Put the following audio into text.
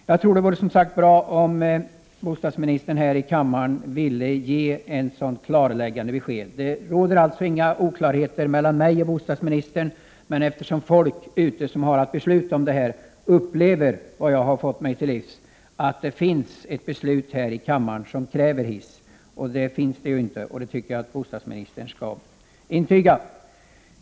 Jag tror som sagt det vore bra om bostadsministern ville ge ett sådant klarläggande besked. Det råder inga oklarheter mellan mig och bostadsministern, men enligt vad jag har erfarit upplever folk som har att besluta om sådant här att det finns ett beslut av riksdagen som kräver hiss. Det finns det ju inte, och det tycker jag bostadsministern skulle intyga.